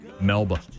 Melba